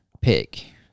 pick